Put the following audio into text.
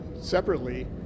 separately